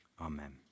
Amen